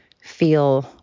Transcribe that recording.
feel